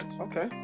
Okay